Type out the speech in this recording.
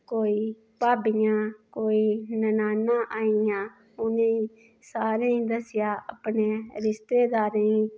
कोई भाभियां कोई ननाना आई आं उ'नें सारें दस्सेआ अपने रिस्तेदारें